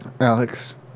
Alex